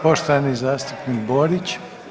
Poštovani zastupnik Borić.